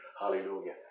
Hallelujah